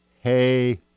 hey